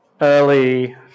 early